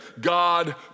God